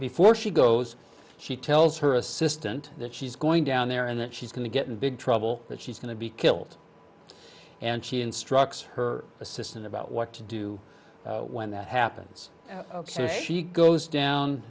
before she goes she tells her assistant that she's going down there and that she's going to get in big trouble that she's going to be killed and she instructs her assistant about what to do when that happens so she goes down